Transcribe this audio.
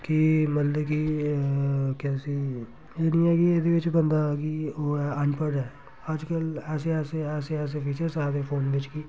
कि मतलब कि केह् आखदे उसी एह् नी ऐ कि एह्दे बिच्च बंदा कि ओह् ऐ अनपढ़ ऐ अज्जकल ऐसे ऐसे ऐसे फीचर आवा दे फोन बिच्च कि